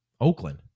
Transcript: Oakland